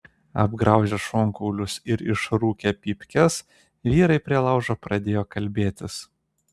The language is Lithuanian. apgraužę šonkaulius ir išrūkę pypkes vyrai prie laužo pradėjo kalbėtis